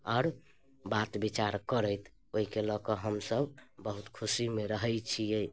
आओर बात विचार करैत ओहिके लऽ कऽ हमसब बहुत खुशीमे रहै छिए